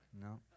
No